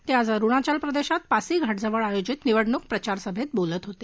ते आज अरुणाचल प्रदेशात पासीघा जिवळ आयोजित निवडणूक प्रचारसभेत बोलत होते